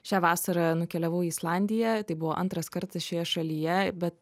šią vasarą nukeliavau į islandiją tai buvo antras kartas šioje šalyje bet